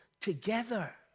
together